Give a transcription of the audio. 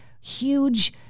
huge